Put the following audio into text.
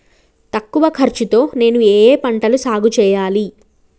తక్కువ ఖర్చు తో నేను ఏ ఏ పంటలు సాగుచేయాలి?